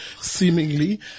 seemingly